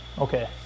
Okay